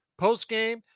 postgame